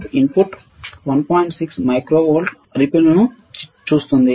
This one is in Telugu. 6 మైక్రో వోల్ట్ల అలలని చూస్తుంది